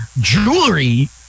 Jewelry